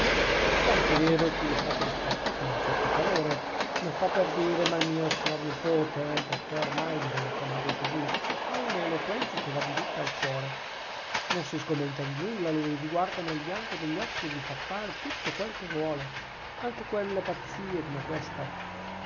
è anche vero che gli è stato risposto con un certo calore non fo per dire ma il mio signor nepote poichè oramai bisogna chiamarlo così ha una eloquenza che va diritta al cuore non si sgomenta di nulla lui vi guarda nel bianco degli occhi e vi fa fare tutto quello che vuole anche delle pazzie come questa